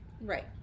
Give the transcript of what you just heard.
right